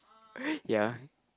ya